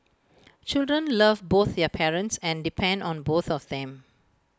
children love both their parents and depend on both of them